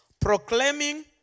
proclaiming